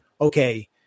okay